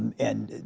and